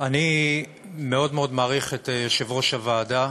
אני מאוד מאוד מעריך את יושב-ראש הוועדה,